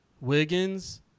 Wiggins